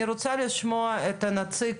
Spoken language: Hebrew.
אני רוצה לשמוע את הנציג